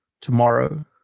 tomorrow